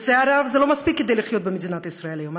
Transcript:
לצערי הרב, זה לא מספיק לחיות במדינת ישראל היום.